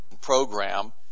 program